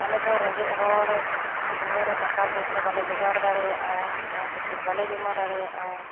ᱟᱞᱮ ᱫᱚ ᱨᱮᱸᱜᱮᱡ ᱦᱚᱲ ᱥᱚᱢᱚᱭ ᱨᱮ ᱴᱟᱠᱟ ᱯᱚᱭᱥᱟ ᱵᱟᱞᱮ ᱡᱚᱜᱟᱲ ᱫᱟᱲᱮᱭᱟᱜ ᱟ ᱚᱱᱟ ᱠᱷᱟᱹᱛᱤᱨ ᱵᱟᱞᱮ ᱡᱚᱢᱟ ᱫᱟᱲᱮᱭᱟᱜ ᱟ